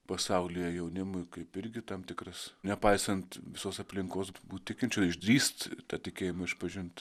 pasaulyje jaunimui kaip irgi tam tikras nepaisant visos aplinkos būt tikinčiu išdrįsti tą tikėjimą išpažint